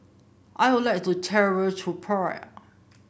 I would like to travel to Praia